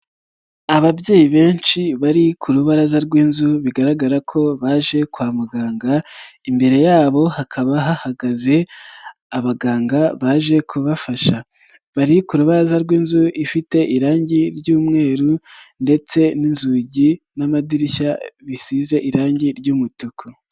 Ababyeyi benshi bari ku rubaraza rw'inzu bigaragara ko baje kwa muganga imbere yabo hakaba hahagaze abaganga baje kubafasha, bari ku rubaraza rw'inzu ifite irangi ry'umweru ndetse n'inzugi n'amadirishya bisize irangi ry'umutuku.